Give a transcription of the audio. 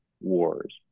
wars